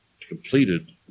completed